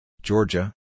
Georgia